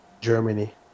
Germany